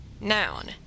noun